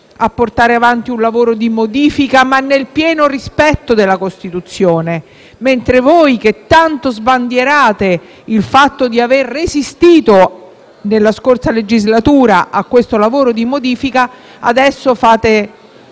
a portare avanti un lavoro di modifica ma nel pieno rispetto della Costituzione, mentre voi, che tanto sbandierate il fatto di aver resistito, nella scorsa legislatura, a questo lavoro di modifica, adesso fate